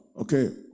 Okay